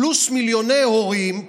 פלוס מיליוני הורים,